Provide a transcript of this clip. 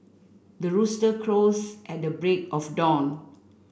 the rooster crows at the break of dawn